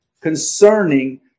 concerning